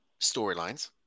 storylines